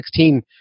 2016